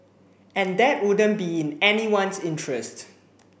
and that wouldn't be in anyone's interest